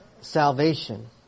salvation